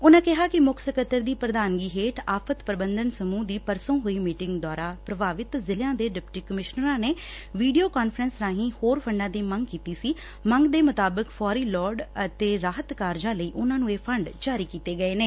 ਉਨਾਂ ਕਿਹਾ ਕਿ ਮੁੱਖ ਸਕੱਤਰ ਦੀ ਪ੍ਰਧਾਨਗੀ ਹੇਠ ਆਫ਼ਤ ਪ੍ਰਬੰਧਨ ਸਮੁਹ ਦੀ ਪਰਸੋਂ ਹੋਈ ਮੀਟਿੰਗ ਦੌਰਾ ਪ੍ਰਭਾਵਿਤ ਜ਼ਿਲਿਆਂ ਦੇ ਡਿਪਟੀ ਕਮਿਸ਼ਨਰਾਂ ਨੇ ਵੀਡੀਓ ਕਾਨਫਰੰਸ ਰਾਹੀਂ ਹੋਰ ਫੰਡਾਂ ਦੀ ਮੰਗ ਕੀਤੀ ਸੀ ਮੰਗ ਦੇ ਮੁਤਾਬਕ ਫੌਰੀ ਲੋੜ ਵਾਲੇ ਰਾਹਤ ਕਾਰਜਾਂ ਲਈ ਉਨ੍ਹਾਂ ਨੂੰ ਇਹ ਫੰਡ ਜਾਰੀ ਕੀਡੇ ਗਏ ਨੇ